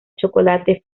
chocolate